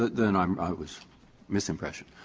then um i was misimpression.